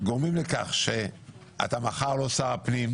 גורמים לכך שאתה מחר לא שר הפנים